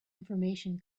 information